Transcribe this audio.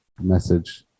message